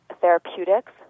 therapeutics